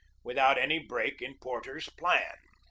without any break in porter's plan.